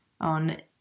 on